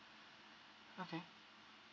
okay